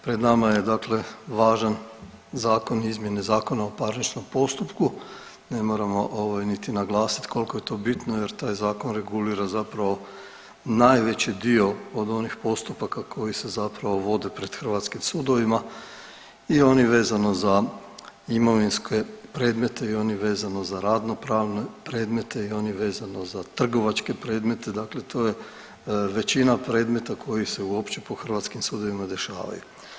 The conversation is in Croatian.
Pred nama je dakle važan zakon, izmjene ZPP-a, ne moramo ovaj niti naglasiti koliko je to bitno jer taj Zakon regulira zapravo najveći dio od onih postupaka koji se zapravo vode pred hrvatskim sudovima i oni vezano za imovinske predmete i oni vezano za radno-pravne predmete i oni vezano za trgovačke predmete, dakle to je većina predmeta koji se uopće po hrvatskim sudovima dešavaju.